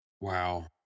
Wow